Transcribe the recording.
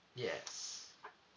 yes